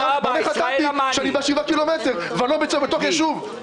במה חטאתי שאני בשבעה קילומטר ואני לא נמצא בתוך ישוב?